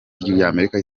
ry’amerika